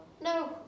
No